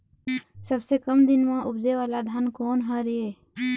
सबसे कम दिन म उपजे वाला धान कोन हर ये?